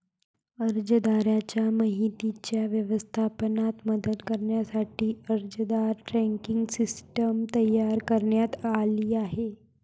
अर्जदाराच्या माहितीच्या व्यवस्थापनात मदत करण्यासाठी अर्जदार ट्रॅकिंग सिस्टीम तयार करण्यात आली आहे